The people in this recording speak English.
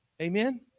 Amen